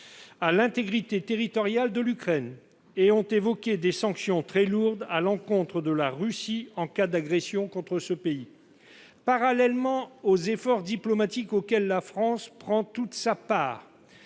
à l'intégrité territoriale de l'Ukraine. Ils ont évoqué des sanctions très lourdes à l'encontre de la Russie en cas d'agression contre ce pays. Parallèlement, des efforts diplomatiques, auxquels la France prend toute sa part,